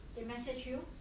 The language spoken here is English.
they message you